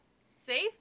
safe